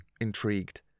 intrigued